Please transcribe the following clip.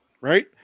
right